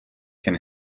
can